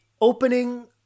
opening